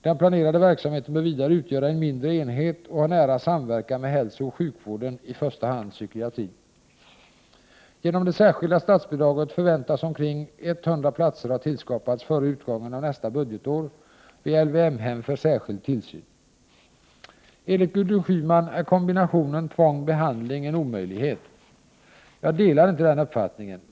Den planerade verksamheten bör vidare utgöra en mindre enhet och ha nära samverkan med hälsooch sjukvården, i första hand psykiatrin. Genom det särskilda statsbidraget förväntas omkring 100 platser ha tillskapats före utgången av nästa budgetår vid LVM-hem för särskild tillsyn. Enligt Gudrun Schyman är kombinationen tvång-behandling en omöjlighet. Jag delar inte den uppfattningen.